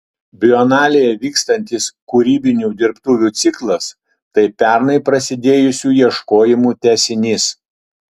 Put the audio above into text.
bienalėje vyksiantis kūrybinių dirbtuvių ciklas tai pernai prasidėjusių ieškojimų tęsinys